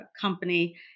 company